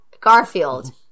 Garfield